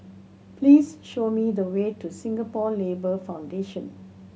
please show me the way to Singapore Labour Foundation